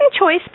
choice